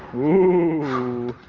oooh.